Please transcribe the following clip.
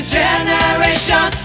generation